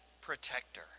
protector